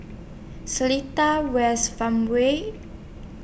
Seletar West Farmway